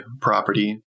property